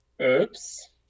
oops